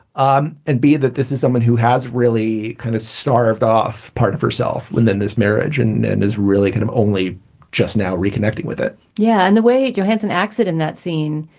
um and b, that this is someone who has really kind of starved off part of herself and then this marriage and then is really kind of only just now reconnecting with it yeah. and the way johann's an accident, that scene,